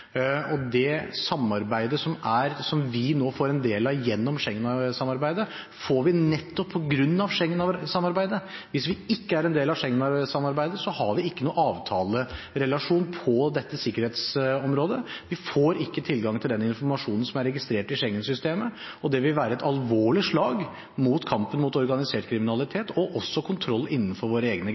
EU. Det samarbeidet som vi nå får en del av gjennom Schengen-samarbeidet, får vi nettopp på grunn av Schengen-samarbeidet. Hvis vi ikke er en del av Schengen-samarbeidet, har vi ingen avtalerelasjon på dette sikkerhetsområdet. Vi får ikke tilgang til den informasjonen som er registrert i Schengen-systemet, og det vil være et alvorlig slag mot kampen mot organisert kriminalitet og også mot kontrollen innenfor våre egne